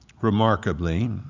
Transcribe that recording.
Remarkably